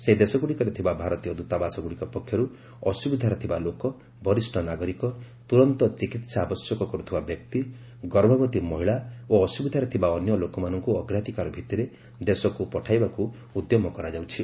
ସେହି ଦେଶଗୁଡ଼ିକରେ ଥିବା ଭାରତୀୟ ଦୂତାବାସାଗୁଡ଼ିକ ପକ୍ଷରୁ ଅସୁବିଧାରେ ଥିବା ଲୋକ ବରିଷ୍ଣ ନାଗରିକ ତୁରନ୍ତ ଚିକିତ୍ସା ଆବଶ୍ୟକ କରୁଥିବା ବ୍ୟକ୍ତି ଗର୍ଭବତୀ ମହିଳା ଓ ଅସୁବିଧାରେ ଥିବା ଅନ୍ୟ ଲୋକମାନଙ୍କୁ ଅଗ୍ରାଧିକାର ଭିଭିରେ ଦେଶକୁ ପଠାଇବାକୁ ଉଦ୍ୟମ କରାଯାଉଛି